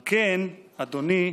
על כן, אדוני,